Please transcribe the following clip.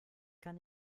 kann